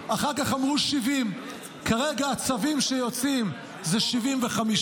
70. אחר כך אמרו 70. כרגע הצווים שיוצאים זה 75,